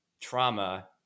trauma